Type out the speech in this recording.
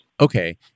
Okay